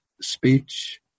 speech